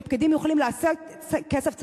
שפקידים יכולים להסב כסף צבוע?